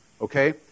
Okay